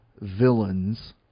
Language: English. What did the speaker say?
villains